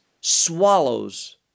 swallows